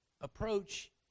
approach